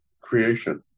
creation